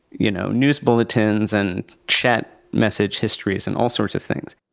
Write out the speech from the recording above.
you know, news bulletins and chat message histories and all sorts of things.